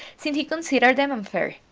since he considered them unfair.